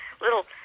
little